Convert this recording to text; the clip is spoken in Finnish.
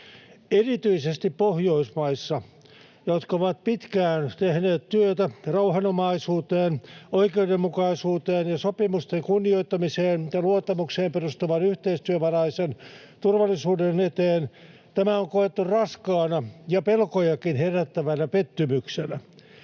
Erityisesti Pohjoismaissa, jotka ovat pitkään tehneet työtä rauhanomaisuuteen, oikeudenmukaisuuteen ja sopimusten kunnioittamiseen ja luottamukseen perustuvan yhteistyövaraisen turvallisuuden eteen, tämä on koettu raskaana ja pelkojakin herättävänä pettymyksenä.